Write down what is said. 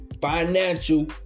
Financial